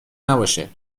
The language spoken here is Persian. نباشه